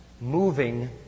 moving